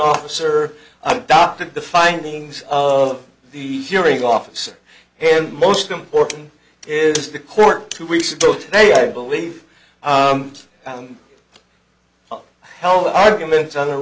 officer i doctored the findings of the hearing office and most important is the court two weeks ago today i believe oh hell arguments